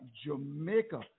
Jamaica